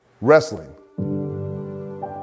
Wrestling